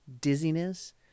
dizziness